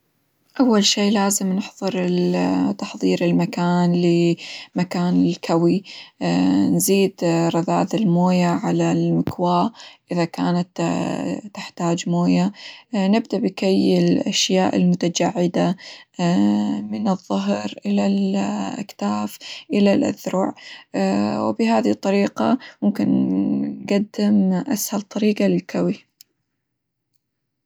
أول شي لازم نحظر -ال- تحظير المكان -ل- مكان الكوي ، نزيد رذاذ الموية على المكواة إذا كانت تحتاج موية نبدأ بكي الأشياء المتجعدة من الظهر إلى -ال- الأكتاف إلى الأذرع، ، وبهذه الطريقة ممكن نقدم أسهل طريقة للكوي.